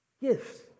gifts